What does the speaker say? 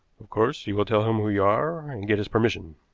of course, you will tell him who you are, and get his permission.